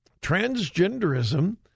transgenderism